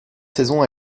saison